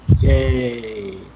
yay